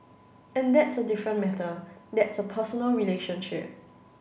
and that's a different matter that's a personal relationship